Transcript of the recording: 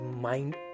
mind